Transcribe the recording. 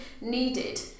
needed